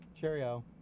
Cheerio